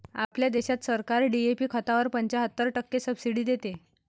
आपल्या देशात सरकार डी.ए.पी खतावर पंच्याहत्तर टक्के सब्सिडी देते